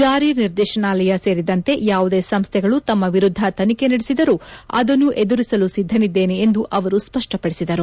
ಜಾರಿ ನಿರ್ದೇಶನಾಲಯ ಸೇರಿದಂತೆ ಯಾವುದೇ ಸಂಸ್ಥೆಗಳು ತಮ್ಮ ವಿರುದ್ದ ತನಿಖೆ ನಡೆಸಿದರೂ ಅದನ್ನು ಎದುರಿಸಲು ಸಿದ್ದನಿದ್ದೇನೆ ಎಂದು ಅವರು ಸ್ಪಷ್ಟಪದಿಸಿದರು